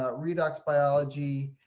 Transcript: ah redox biology,